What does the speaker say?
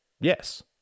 yes